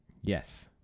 Yes